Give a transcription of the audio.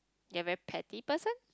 get very petty person